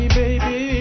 baby